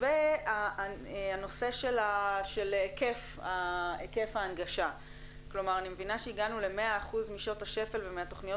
בנושא היקף ההנגשה הגענו ל-100% משעות השפל והתכניות